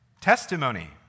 testimony